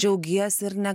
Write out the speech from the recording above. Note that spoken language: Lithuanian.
džiaugiesi ar ne